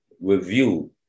review